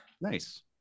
Nice